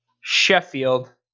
Sheffield